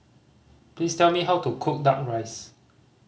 please tell me how to cook Duck Rice